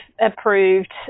approved